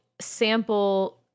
sample